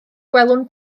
gwelwn